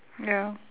ya